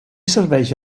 serveix